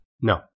No